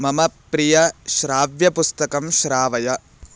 मम प्रियश्राव्यपुस्तकं श्रावय